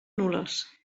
nules